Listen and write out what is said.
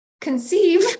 conceive